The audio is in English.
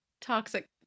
toxic